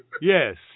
Yes